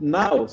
now